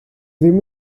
ddim